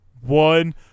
One